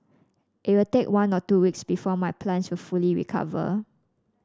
it will take one or two weeks before my plants will fully recover